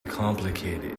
complicated